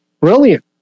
brilliant